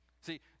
See